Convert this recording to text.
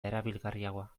erabilgarriagoa